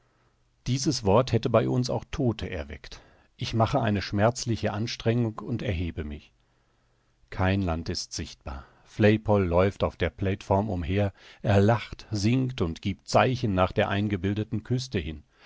dieses wort hätte bei uns auch todte erweckt ich mache eine schmerzliche anstrengung und erhebe mich kein land ist sichtbar flaypol läuft auf der plateform umher er lacht singt und giebt zeichen nach der eingebildeten küste hin